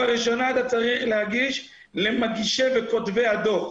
בראש ובראשונה אתה צריך להגיש למגישי וכותבי הדוח.